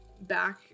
back